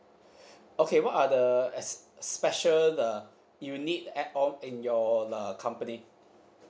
okay what are the uh special uh unique add on in your the company